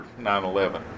9-11